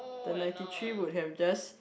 the ninety three would have just